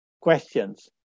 questions